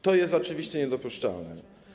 To jest oczywiście niedopuszczalne.